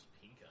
pink